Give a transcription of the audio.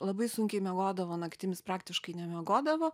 labai sunkiai miegodavo naktimis praktiškai nemiegodavo